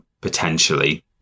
potentially